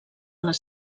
les